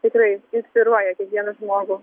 tikrai inspiruoja kiekvieną žmogų